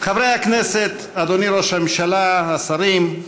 חברי הכנסת, אדוני ראש הממשלה, השרים,